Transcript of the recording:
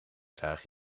draag